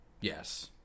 Yes